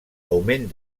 augment